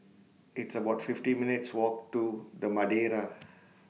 It's about fifty minutes' Walk to The Madeira